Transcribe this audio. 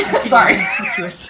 Sorry